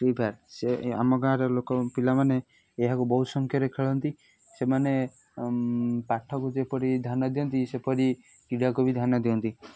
free Fire ସେ ଆମ ଗାଁର ଲୋକ ପିଲାମାନେ ଏହାକୁ ବହୁତ ସଂଖ୍ୟାରେ ଖେଳନ୍ତି ସେମାନେ ପାଠକୁ ଯେପରି ଧ୍ୟାନ ଦିଅନ୍ତି ସେପରି କ୍ରୀଡ଼ାକୁ ବି ଧ୍ୟାନ ଦିଅନ୍ତି